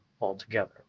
altogether